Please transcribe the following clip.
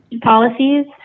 policies